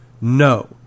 no